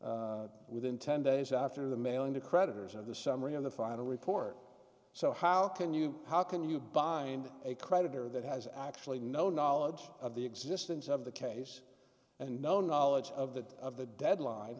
filed within ten days after the mailing to creditors of the summary of the final report so how can you how can you bind a creditor that has actually no knowledge of the existence of the case and no knowledge of that of the deadline